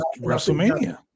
WrestleMania